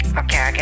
okay